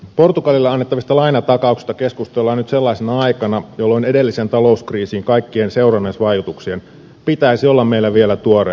portugalille annettavista lainatakauksista keskustellaan nyt sellaisena aikana jolloin edellisen talouskriisin kaikkien seurannaisvaikutuksien pitäisi olla meillä vielä tuoreessa muistissa